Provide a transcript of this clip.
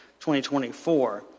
2024